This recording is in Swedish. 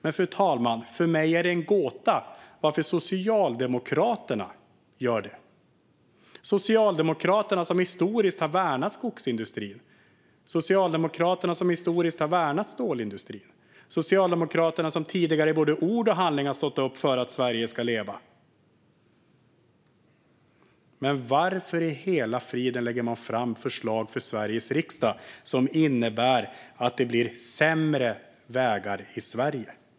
Men för mig är det en gåta varför Socialdemokraterna gör detta - Socialdemokraterna som historiskt har värnat skogsindustrin och stålindustrin och i både ord och handling stått upp för att Sverige ska leva. Varför i hela friden lägger man fram förslag för Sveriges riksdag som innebär att det blir sämre vägar i Sverige?